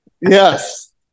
Yes